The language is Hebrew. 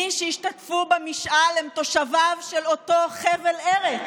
מי שהשתתפו במשאל הם תושביו של אותו חבל ארץ.